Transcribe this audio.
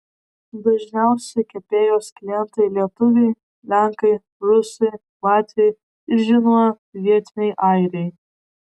dažniausi kepėjos klientai lietuviai lenkai rusai latviai ir žinoma vietiniai airiai